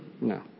No